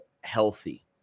healthy